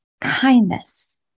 kindness